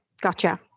gotcha